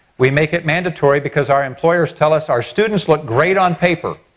we make it mandatory because our employers tell us our students look great on paper